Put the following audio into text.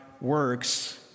works